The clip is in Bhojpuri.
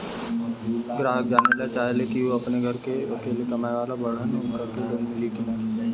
ग्राहक जानेला चाहे ले की ऊ अपने घरे के अकेले कमाये वाला बड़न उनका के लोन मिली कि न?